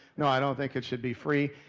no, i don't think it should be free.